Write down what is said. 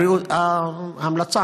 ההמלצה.